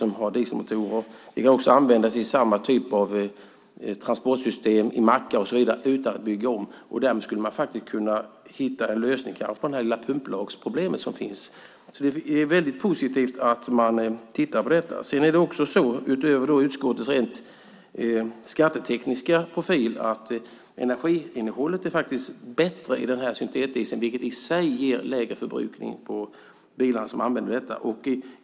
Det går även att använda i samma typ av transportsystem, i mackar och så vidare, som i dag utan att bygga om. Därmed skulle man kunna hitta en lösning på det här lilla pumplagsproblemet som finns. Det är alltså väldigt positivt att man tittar på detta. Sedan är det också så, utöver utskottets rent skattetekniska profil, att energiinnehållet faktiskt är bättre i syntetdieseln, vilket i sig ger lägre förbrukning på bilarna som går på detta bränsle.